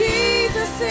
Jesus